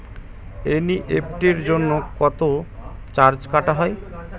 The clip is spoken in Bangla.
এন.ই.এফ.টি জন্য কত চার্জ কাটা হয়?